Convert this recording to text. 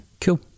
Cool